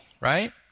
right